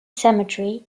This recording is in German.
cemetery